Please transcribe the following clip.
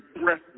breath